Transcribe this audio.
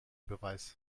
beweis